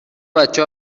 بچه